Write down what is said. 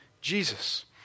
Jesus